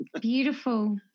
Beautiful